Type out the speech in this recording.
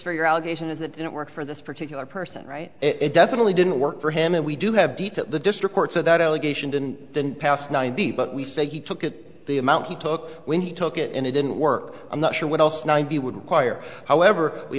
for your allegation is that it worked for this particular person right it definitely didn't work for him and we do have deep to the district court so that allegation didn't than pass ninety but we say he took it the amount he took when he took it and it didn't work i'm not sure what else ninety would require however we